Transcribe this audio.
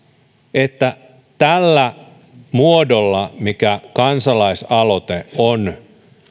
että tällä muodolla millä kansalaisaloite on